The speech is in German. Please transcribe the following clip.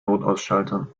notausschaltern